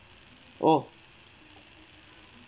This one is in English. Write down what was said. oh